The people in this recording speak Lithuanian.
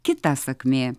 kita sakmė